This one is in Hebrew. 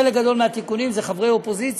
חלק גדול מהתיקונים הם של חברי האופוזיציה,